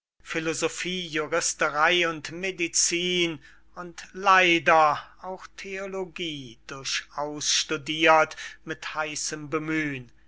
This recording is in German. philosophie juristerey und medicin und leider auch theologie durchaus studirt mit heißem bemühn